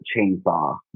chainsaw